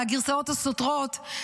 לגרסאות הסותרות?